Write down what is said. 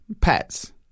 Pets